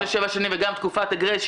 לשבע שנים וגם תקופת הגרייס -- תודה.